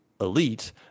elite